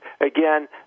again